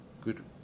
good